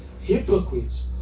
hypocrites